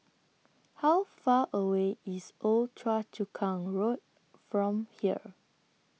How Far away IS Old Choa Chu Kang Road from here